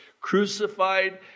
crucified